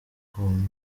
kugeza